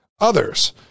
others